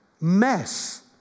Mess